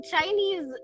Chinese